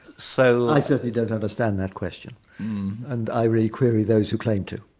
so i certainly don't understand that question and i really query those who claim to.